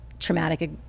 traumatic